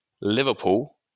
Liverpool